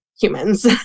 humans